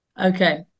Okay